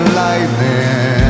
lightning